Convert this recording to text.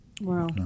Wow